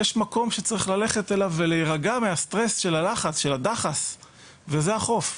יש מקום שצריך ללכת אליו ולהירגע מהסטרס של הלחץ של הדחס וזה החוף.